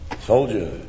Soldier